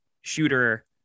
shooter